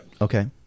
Okay